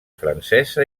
francesa